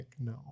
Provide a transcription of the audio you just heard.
no